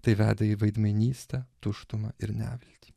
tai veda į veidmainystę tuštumą ir neviltį